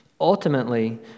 Ultimately